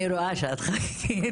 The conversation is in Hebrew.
אני רואה שאת חגיגית.